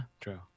true